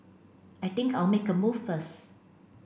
I think I'll make a move first